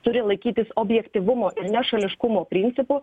turi laikytis objektyvumo nešališkumo principų